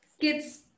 kids